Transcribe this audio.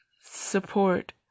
support